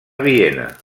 viena